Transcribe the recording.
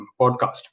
podcast